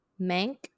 Mank